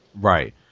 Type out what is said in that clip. Right